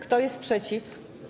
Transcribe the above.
Kto jest przeciw?